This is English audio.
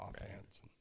offense